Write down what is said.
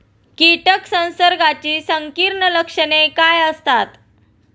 कीटक संसर्गाची संकीर्ण लक्षणे काय असतात?